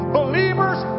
believers